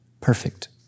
Perfect